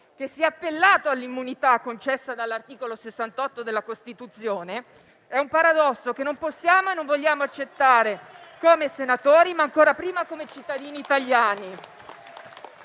che si è appellato all'immunità concessa dall'articolo 68 della Costituzione, è un paradosso che non possiamo e non vogliamo accettare come senatori, ma ancora prima come cittadini italiani.